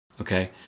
Okay